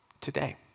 today